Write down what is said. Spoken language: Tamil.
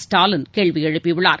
ஸ்டாலின் கேள்வி எழுப்பியுள்ளார்